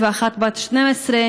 עשרות,